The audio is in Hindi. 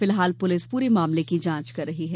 फिलहाल पुलिस पूरी मामले की जांच कर रही है